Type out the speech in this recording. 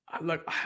Look